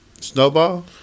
Snowball